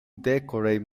decorate